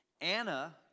Anna